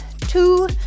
two